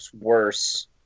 worse